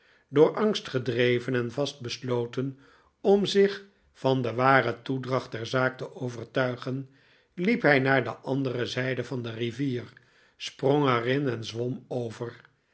door angst gedreven en vast besloten om zich van de ware toedracht der zaak te overtuigen liep hij naar de andere zijde van de rivier sprong er in en zwom over